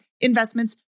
investments